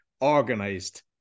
organized